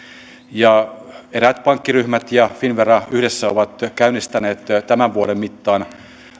eräät pankkiryhmät ja finnvera ovat yhdessä käynnistäneet tämän vuoden mittaan